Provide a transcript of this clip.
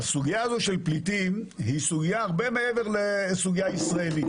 סוגיית הפליטים היא הרבה מעבר לסוגיה ישראלית.